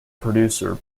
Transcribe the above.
producer